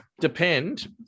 depend